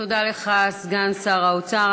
תודה לך, סגן שר האוצר.